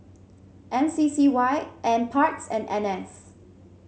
M C C Y NParks and N S